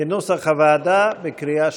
כנוסח הוועדה, בקריאה שנייה.